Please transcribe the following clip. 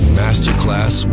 masterclass